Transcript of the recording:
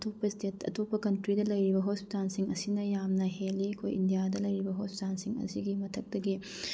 ꯑꯇꯣꯞꯄ ꯏꯁꯇꯦꯠ ꯑꯇꯣꯞꯄ ꯀꯟꯇ꯭ꯔꯤꯗ ꯂꯩꯔꯤꯕ ꯍꯣꯁꯄꯤꯇꯥꯟꯁꯤꯡ ꯑꯁꯤꯅ ꯌꯥꯝꯅ ꯍꯦꯜꯂꯤ ꯑꯩꯈꯣꯏ ꯏꯟꯗꯤꯌꯥꯗ ꯂꯩꯔꯤꯕ ꯍꯣꯁꯄꯤꯇꯥꯟꯁꯤꯡ ꯑꯁꯤꯒꯤ ꯃꯊꯛꯇꯒꯤ